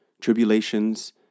tribulations